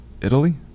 Italy